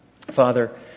Father